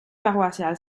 paroissiale